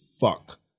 fuck